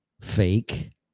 fake